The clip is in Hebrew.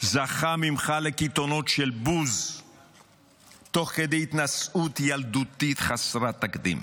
זכה ממך לקיתונות של בוז תוך כדי התנשאות ילדותית חסרת תקדים.